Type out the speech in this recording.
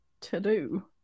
to-do